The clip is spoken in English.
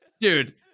dude